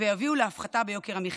ויביאו להפחתה ביוקר המחיה.